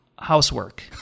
Housework